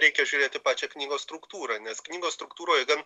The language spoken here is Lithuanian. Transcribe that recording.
reikia žiūrėti į pačią knygos struktūrą nes knygos struktūroje gan